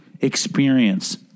experience